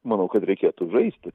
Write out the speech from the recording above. manau kad reikėtų žaisti